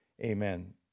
Amen